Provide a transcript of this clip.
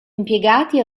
impiegati